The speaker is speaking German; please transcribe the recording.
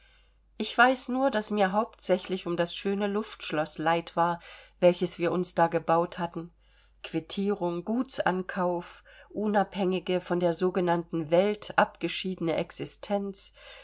ich weiß nur daß mir hauptsächlich um das schöne luftschloß leid war welches wir uns da gebaut hatten quittierung gutsankauf unabhängige von der sogenannten welt abgeschiedene existenz